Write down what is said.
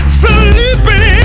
sleeping